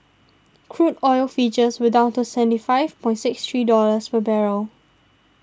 crude oil futures were down to seventy five point six three dollars per barrel